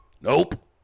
Nope